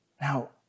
Now